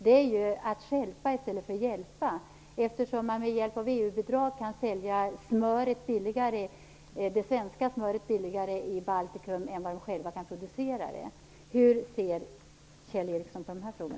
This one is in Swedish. Det är ju att stjälpa i stället för att hjälpa, eftersom man med hjälp av EU-bidrag kan sälja det svenska smöret billigare än det egenproducerade i Baltikum. Hur ser Kjell Ericsson på dessa frågor?